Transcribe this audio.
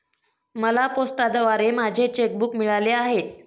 मला पोस्टाद्वारे माझे चेक बूक मिळाले आहे